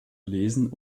lesen